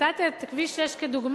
נתת את כביש 6 כדוגמה,